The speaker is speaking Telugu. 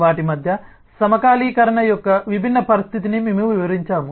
వాటి మధ్య సమకాలీకరణ యొక్క విభిన్న పరిస్థితిని మేము వివరించాము